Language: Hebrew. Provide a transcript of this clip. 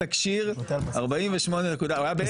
הוא היה בהלם.